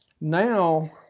now